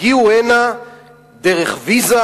שמגיעים דרך הגבול עם מצרים,